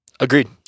Agreed